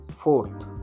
fourth